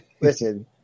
Listen